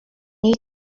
need